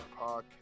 podcast